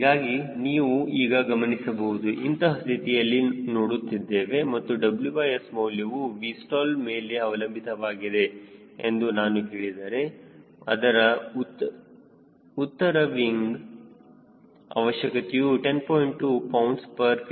ಹೀಗಾಗಿ ನಾವು ಈಗ ಗಮನಿಸಬಹುದು ಇಂತಹ ಸ್ಥಿತಿಯನ್ನು ನೋಡುತ್ತಿದ್ದೇವೆ ಮತ್ತು WS ಮೌಲ್ಯವು Vstall ಮೇಲೆ ಅವಲಂಬಿತವಾಗಿದೆ ಎಂದು ನಾನು ಹೇಳಿದರೆ ಅದರ ಉತ್ತರ ವಿಂಗ್ ಲೋಡಿಂಗ್ ಅವಶ್ಯಕತೆಯು 10